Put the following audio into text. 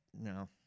no